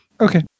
Okay